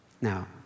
Now